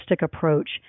approach